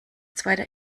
zweiter